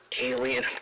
alien